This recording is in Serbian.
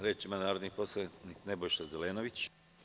Reč ima narodni poslanik Nebojša Zelenović.